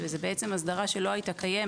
זה הסדרה שלא הייתה קיימת.